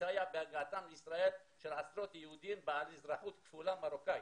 לסייע בהגעתם לישראל של עשרות יהודים בעלי אזרחות כפולה מרוקאית',